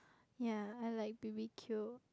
ya I like B_B_Q